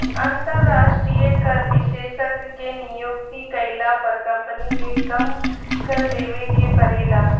अंतरास्ट्रीय कर विशेषज्ञ के नियुक्ति कईला पर कम्पनी के कम कर देवे के परेला